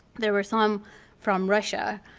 there were some from russia.